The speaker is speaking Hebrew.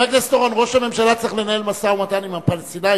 ראש הממשלה צריך לנהל משא-ומתן עם הפלסטינים,